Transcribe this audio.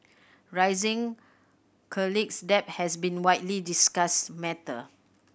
rising college debt has been a widely discussed matter